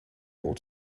all